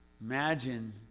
Imagine